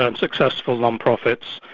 um successful non-profits,